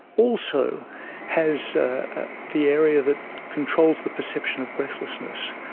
also has the area that controls the perception of breathlessness.